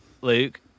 Luke